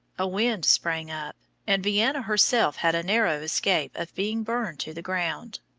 a wind sprang up, and vienna herself had a narrow escape of being burned to the ground.